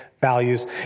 values